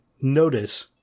notice